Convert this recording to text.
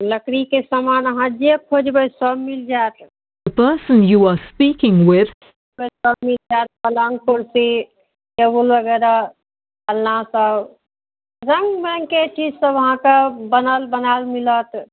लकड़ीके समान अहाँ जे खोजबै सब मिलि जाएत the person you are speaking with वएहसब मिलि जाएत पलङ्ग कुरसी टेबुल वगैरह अलना सब रङ्गबिरङ्गके चीजसब अहाँके बनल बनाएल मिलत